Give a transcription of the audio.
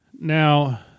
Now